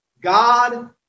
God